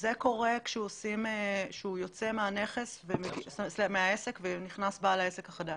זה קורה כשהוא יוצא מהעסק ונכנס בעל העסק החדש.